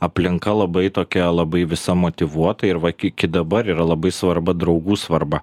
aplinka labai tokia labai visa motyvuota ir va ki iki dabar yra labai svarba draugų svarba